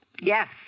Yes